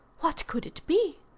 what could it be?